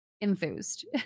enthused